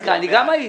גם אני הייתי.